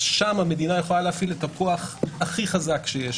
שם המדינה יכולה להפעיל את הכוח הכי חזק שיש